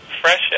fresh